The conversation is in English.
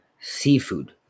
seafood